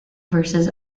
verses